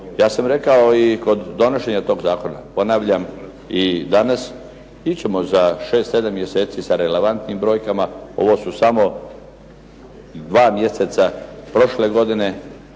Ja sam rekao i kod donošenja toga zakona, ponavljam i danas. Ići ćemo za 6, 7 mjeseci sa relevantnim brojkama. Ovo su samo dva mjeseca prošle godine